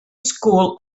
school